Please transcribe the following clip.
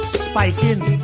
spiking